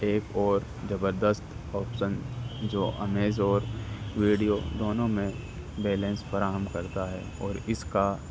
ایک اور زبردست آپشن جو امیزان اور ویڈیو دونوں میں بیلنس فراہم کرتا ہے اور اس کا